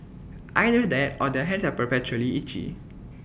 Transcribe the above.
either that or their hands are perpetually itchy